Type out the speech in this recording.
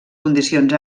condicions